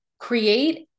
create